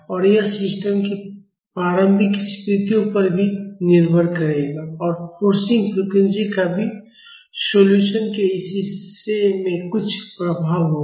और यह सिस्टम की प्रारंभिक स्थितियों पर भी निर्भर करेगा और फोर्सिंग फ्रीक्वेंसी का भी सॉल्यूशन के इस हिस्से में कुछ प्रभाव होगा